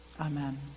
Amen